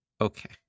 Okay